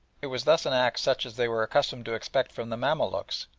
it was thus an act such as they were accustomed to expect from the mamaluks,